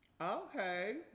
Okay